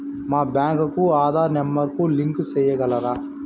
మా బ్యాంకు కు ఆధార్ నెంబర్ కు లింకు సేయగలరా?